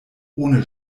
ohne